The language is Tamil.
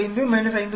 075 5